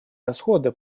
расходы